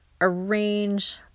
arrange